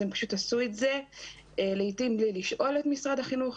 אז הם פשוט עשו את זה לעיתים בלי לשאול את משרד החינוך,